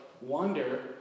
wonder